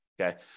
Okay